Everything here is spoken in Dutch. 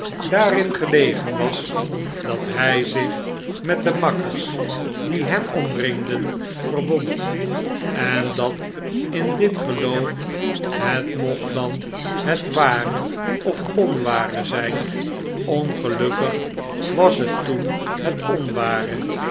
daarin gelegen was dat hij zich met de makkers die hem omringden verbond en dat in dit geloof het mocht dan het ware of onware zijn ongelukkig was het toen